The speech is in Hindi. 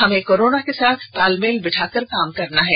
हमें कोरोना के साथ तालमेल बैठाकर काम करना होगा